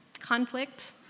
conflict